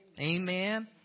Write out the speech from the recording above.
Amen